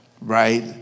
Right